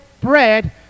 bread